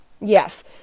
Yes